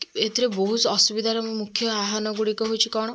ଏଥିରେ ବହୁତ ଅସୁବିଧାର ମୁଖ୍ୟ ଆହ୍ୱାନ ଗୁଡ଼ିକ ହେଉଛି କଣ